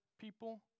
people